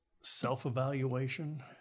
self-evaluation